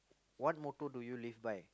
what motto do you live by